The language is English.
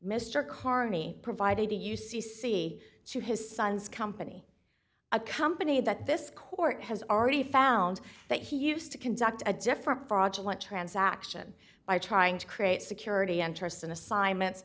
mr carney provided a u c c to his son's company a company that this court has already found that he used to conduct a different fraudulent transaction by trying to create security interests in assignments